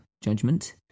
judgment